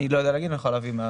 אני רוצה להבין מה